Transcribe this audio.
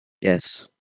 yes